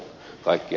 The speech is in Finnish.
ravi